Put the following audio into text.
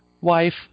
wife